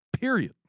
Period